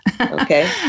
okay